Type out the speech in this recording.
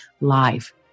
live